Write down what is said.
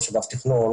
ראש אגף תכנון.